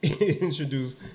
introduce